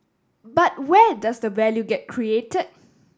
but where does the value get create